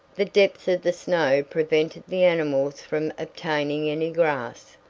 the depth of the snow prevented the animals from obtaining any grass,